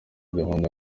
gahunda